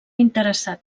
interessat